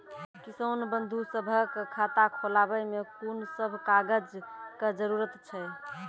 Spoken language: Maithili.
किसान बंधु सभहक खाता खोलाबै मे कून सभ कागजक जरूरत छै?